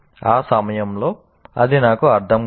ఆ సమయంలో అది నాకు అర్థం కాదు